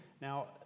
Now